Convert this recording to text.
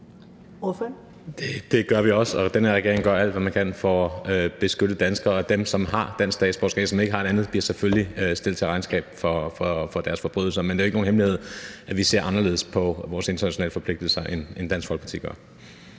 Det gør vi også, og den her regering gør alt, hvad man kan, for at beskytte danskerne, og dem, som har dansk statsborgerskab, og som ikke har et andet, bliver selvfølgelig stillet til regnskab for deres forbrydelser. Men det er jo ikke nogen hemmelighed, at vi ser anderledes på vores internationale forpligtelser, end Dansk Folkeparti gør.